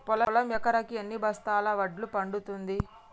పొలం ఎకరాకి ఎన్ని బస్తాల వడ్లు పండుతుంది?